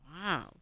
Wow